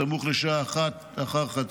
סמוך לשעה 01:00,